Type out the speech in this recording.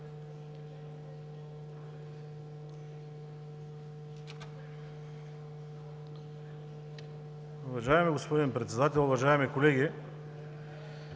Уважаеми господин Председател, уважаеми колеги!